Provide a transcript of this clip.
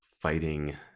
fighting